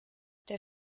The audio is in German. der